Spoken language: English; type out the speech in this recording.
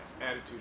attitude